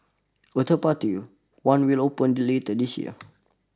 a third party one will open later this year